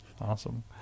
awesome